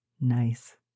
Nice